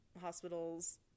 hospitals